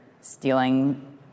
stealing